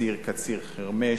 ציר קציר חרמש,